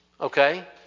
Okay